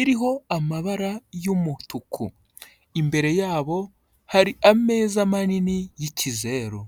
iriho amabara y'umutuku, imbere yabo hari ameza manini y'ikizeru.